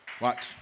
Watch